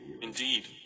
Indeed